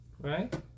Right